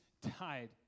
died